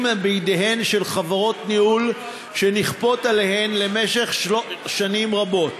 בידיהן של חברות ניהול שנכפות עליהם למשך שנים רבות